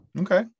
Okay